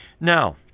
Now